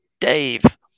Dave